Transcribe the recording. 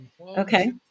Okay